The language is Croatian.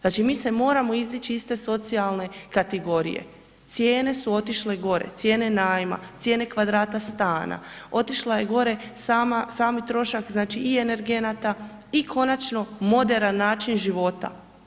Znači, mi se moramo izdići iz te socijalne kategorije, cijene su otišle gore, cijene najma, cijene kvadrata stana, otišla je gore sama, sami trošak znači i energenata i konačno moderan način života.